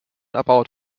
erbaut